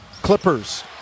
Clippers